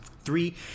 Three